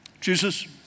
Jesus